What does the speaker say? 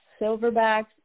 Silverbacks